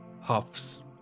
Huffs